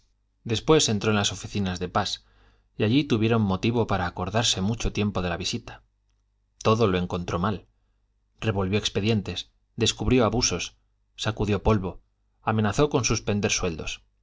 después entró en las oficinas de pas y allí tuvieron motivo para acordarse mucho tiempo de la visita todo lo encontró mal revolvió expedientes descubrió abusos sacudió polvo amenazó con suspender sueldos